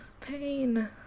Pain